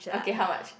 okay how much